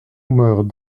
meure